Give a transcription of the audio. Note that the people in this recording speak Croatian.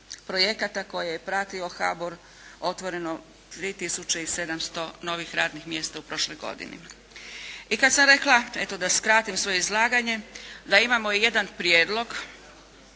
projekata koji je pratio HBOR otvoreno 3 tisuće i 700 novih radnih mjesta u prošloj godini. I kada sam rekla, eto da skratim svoje izlaganje, da imamo jedan prijedlog,